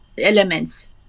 elements